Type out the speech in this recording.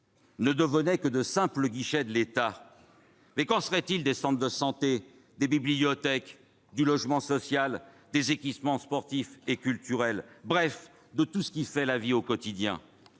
devenaient de simples guichets de l'État, qu'en serait-il des centres de santé, des bibliothèques, du logement social, des équipements sportifs et culturels, en bref de tout ce qui fait la vie au quotidien